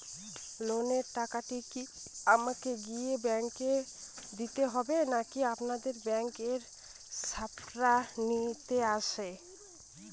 লোনের টাকাটি কি আমাকে গিয়ে ব্যাংক এ দিতে হবে নাকি আপনাদের ব্যাংক এর স্টাফরা নিতে আসে?